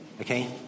Okay